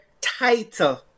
title